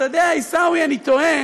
אתה יודע, עיסאווי, אני תוהה